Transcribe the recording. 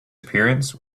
appearance